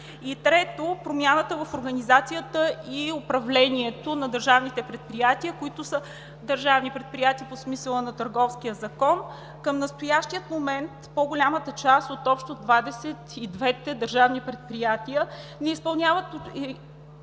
Трето, промяната в организацията и управлението на държавните предприятия, които са държавни предприятия по смисъла на Търговския закон. Към настоящия момент по-голямата част от общо 22 държавни предприятия не изпълняват